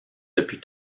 depuis